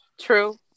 True